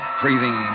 breathing